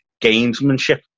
gamesmanship